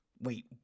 wait